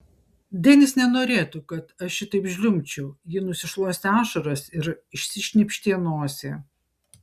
denis nenorėtų kad aš šitaip žliumbčiau ji nusišluostė ašaras ir išsišnypštė nosį